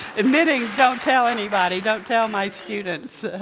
admitting don't tell anybody. don't tell my students.